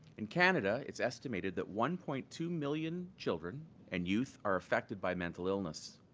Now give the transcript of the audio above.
in canada, it's estimated that one point two million children and youth are affected by mental illness.